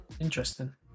Interesting